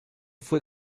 fue